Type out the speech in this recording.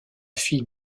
fille